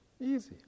Easy